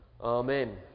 Amen